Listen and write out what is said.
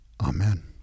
Amen